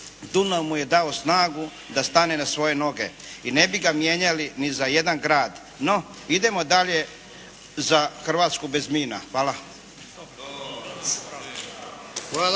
Dunav mu je dao snagu da stane na svoje noge i ne bi ga mijenjali ni za jedan grad. No, idemo dalje za “Hrvatsku bez mina“. Hvala.